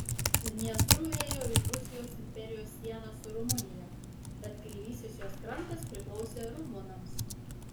dniestru ėjo ir rusijos imperijos siena su rumunija bet kairysis jos krantas priklausė rumunams